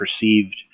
perceived